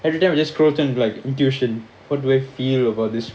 everytime you just scroll through and be like intuition what do I feel about this